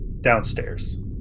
downstairs